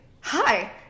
hi